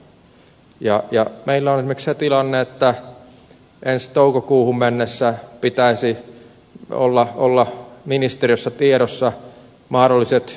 meillä on esimerkiksi se tilanne että ensi toukokuuhun mennessä pitäisi olla ministeriössä tiedossa mahdolliset tämänhetkiset kuntaliitosselvitykset